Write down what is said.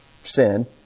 Sin